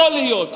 יכול להיות,